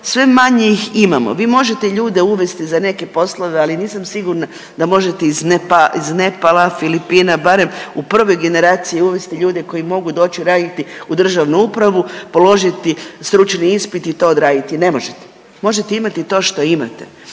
sve manje ih imamo, vi možete ljude uvesti za neke poslove, ali nisam sigurna da možete iz Nepala, Filipina, barem u prvoj generaciji uvesti ljude koji mogu doći raditi u državnu upravu, položiti stručni ispit i to odraditi, ne možete, možete imati to što imate.